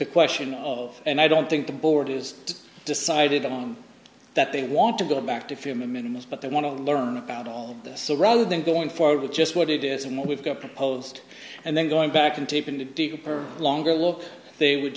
the question of and i don't think the board is decided on that they want to go back to a few minutes but they want to learn about all this so rather than going forward with just what it is and what we've got proposed and then going back and taken to deeper longer look they would